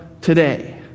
today